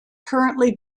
currently